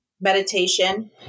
meditation